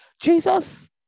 jesus